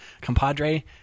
compadre